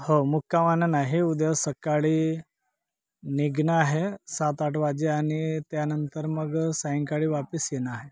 हो मुक्कामानं नाही उद्या सकाळी निघणं आहे सात आठ वाजे आणि त्यानंतर मग सायंकाळी वापस येणं आहे